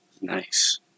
Nice